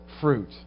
fruit